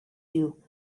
you